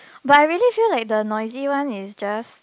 but I really feel like the noisy one is just